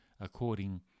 according